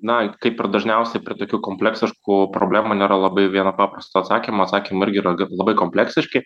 na kaip ir dažniausiai prie tokių kompleksiškų problemų nėra labai vieno paprasto atsakymo atsakymai irgi yra labai kompleksiški